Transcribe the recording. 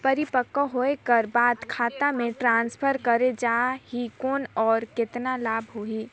परिपक्व होय कर बाद खाता मे ट्रांसफर करे जा ही कौन और कतना लाभ होही?